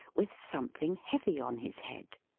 with something heavy on his head.